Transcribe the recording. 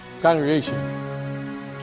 congregation